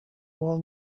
will